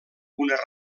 una